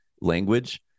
language